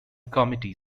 committee